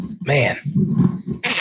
man